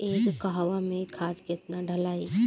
एक कहवा मे खाद केतना ढालाई?